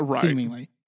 seemingly